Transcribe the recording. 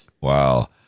Wow